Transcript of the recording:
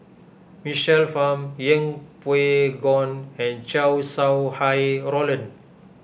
Michael Fam Yeng Pway Ngon and Chow Sau Hai Roland